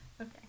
Okay